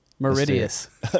Meridius